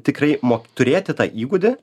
tikrai moki turėti tą įgūdį